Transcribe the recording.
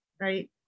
right